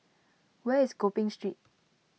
where is Gopeng Street